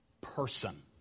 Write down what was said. person